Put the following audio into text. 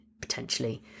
potentially